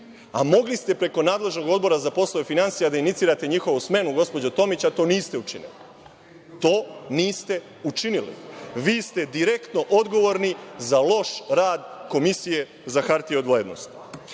a mogli ste preko nadležnog Odbora za poslove finansija da inicirate njihovu smenu, gospođo Tomić, a to niste učinili, vi ste direktno odgovorni za loš rad Komisije za hartije od vrednosti. Tu